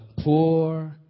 poor